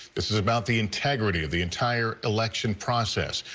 it's about the integrity of the entire election process.